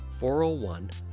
401